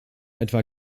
etwa